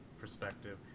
perspective